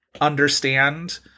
understand